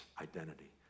identity